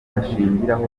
bashingiraho